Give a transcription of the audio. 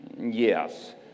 Yes